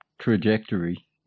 trajectory